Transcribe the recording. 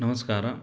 ನಮಸ್ಕಾರ